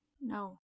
No